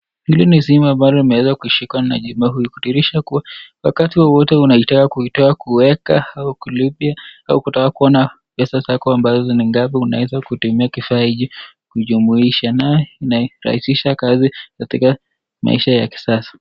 Hili ni simu ambalo limeweza kushikwa na jamaa huyu kudhihirisha kuwa wakati wowote unataka kuweka au kulipia au kutaka kuona pesa zako ambazo ni ngapi unaweza kutumia kifaa hiki kujumuisha. Nayo inarahisisha kazi katika maisha ya kisasa.